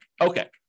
Okay